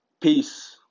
peace